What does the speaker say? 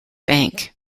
bank